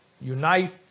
unite